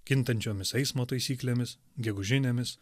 kintančiomis eismo taisyklėmis gegužinėmis